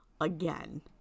again